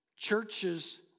Churches